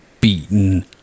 beaten